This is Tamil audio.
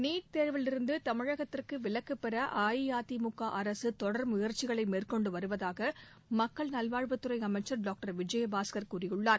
நீட் தேர்விலிருந்து தமிழகத்திற்கு விலக்கு பெற அஇஅதிமுக அரசு தொடர் முயற்சிகளை மேற்கொண்டு வருவதாக மக்கள் நல்வாழ்வுத்துறை அமைச்சர் டாக்டர் விஜயபாஸ்கர் கூறியுள்ளார்